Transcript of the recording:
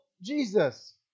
Jesus